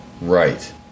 Right